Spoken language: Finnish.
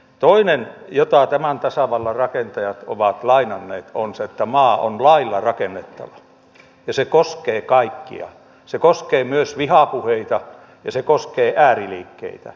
toinen jota tämän tasavallan rakentajat ovat lainanneet on se että maa on lailla rakennettava ja se koskee kaikkia se koskee myös vihapuheita ja se koskee ääriliikkeitä